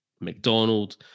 McDonald